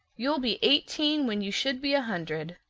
you'll be eighteen when you should be a hundred.